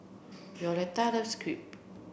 Violetta loves Crepe